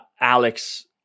Alex